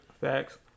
Facts